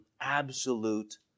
absolute